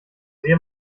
sehe